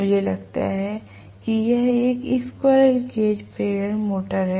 मुझे लगता है कि यह एक स्क्वीररेल केज प्रेरण मोटर है